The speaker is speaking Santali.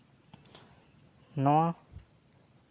ᱱᱚᱣᱟ